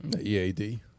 EAD